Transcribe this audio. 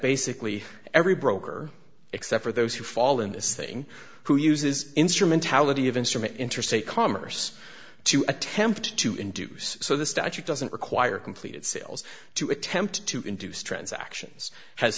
basically every broker except for those who fall in this thing who uses instrumentality of instrument interstate commerce to attempt to induce so the statute doesn't require completed sales to attempt to induce transactions has